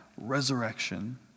resurrection